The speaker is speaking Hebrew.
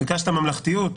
ביקשת ממלכתיות,